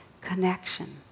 connection